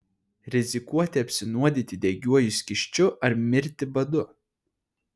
rizikuoti apsinuodyti degiuoju skysčiu ar mirti badu